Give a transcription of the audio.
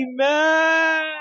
Amen